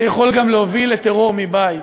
זה יכול גם להוביל לטרור מבית.